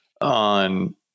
on